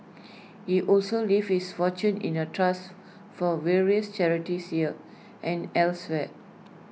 he also leaves his fortune in A trust for various charities here and elsewhere